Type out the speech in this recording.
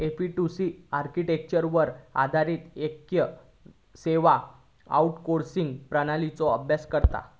F two C आर्किटेक्चरवर आधारित येक सेवा आउटसोर्सिंग प्रणालीचो अभ्यास करता